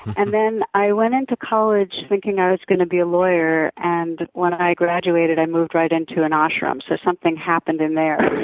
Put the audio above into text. and then i went into college thinking i was going to be a lawyer and, when i graduated, i moved right into an ashram so something happened in there.